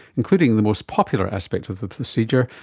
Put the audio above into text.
including the most popular aspect of the procedure,